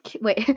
Wait